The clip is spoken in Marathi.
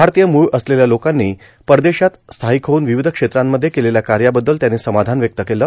भारतीय मूळ असलेल्या लोकांनी परदेशात स्थार्यक होऊन र्वावध क्षेत्रांमध्ये केलेल्या कायाबद्दल त्यांनी समाधान व्यक्त केलं